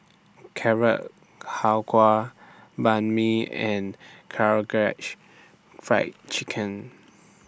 Carrot Halwa Banh MI and Karaage Fried Chicken